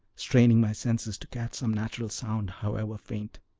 straining my senses to catch some natural sound, however faint.